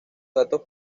datos